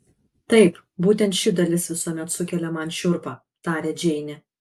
taip būtent ši dalis visuomet sukelia man šiurpą tarė džeinė